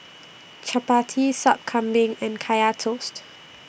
Chappati Sup Kambing and Kaya Toast